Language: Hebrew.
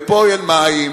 ופה אין מים,